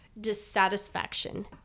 dissatisfaction